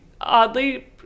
oddly